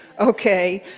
okay,